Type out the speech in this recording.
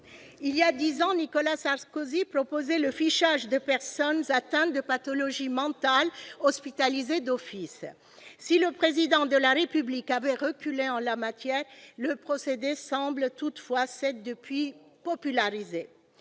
Voilà dix ans, Nicolas Sarkozy proposait le fichage de personnes atteintes de pathologies mentales hospitalisées d'office. Si le Président de la République de l'époque a reculé, le procédé semble toutefois s'être popularisé